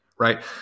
right